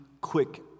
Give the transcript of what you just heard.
quick